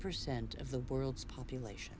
percent of the world's population